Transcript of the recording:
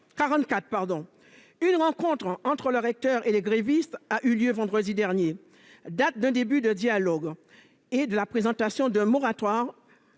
Une rencontre entre le recteur et les grévistes a eu lieu vendredi dernier, date d'un début de dialogue et de la présentation d'un moratoire.